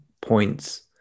points